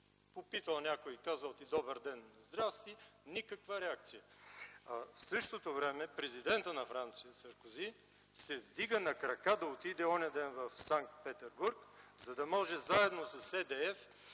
попитал някой и казал „Добър ден, здрасти!”. Никаква реакция! В същото време президентът на Франция Саркози се вдига на крака да отиде онзи ден в Санкт Петербург, за да може заедно с EDF